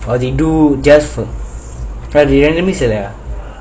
or they do just randomly select